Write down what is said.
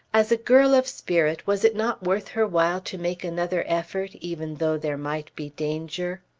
as a girl of spirit was it not worth her while to make another effort even though there might be danger?